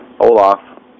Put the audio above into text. Olaf